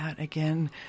again